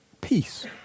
peace